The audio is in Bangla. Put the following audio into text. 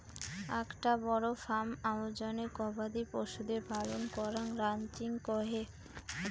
আকটা বড় ফার্ম আয়োজনে গবাদি পশুদের পালন করাঙ রানচিং কহে